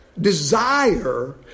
desire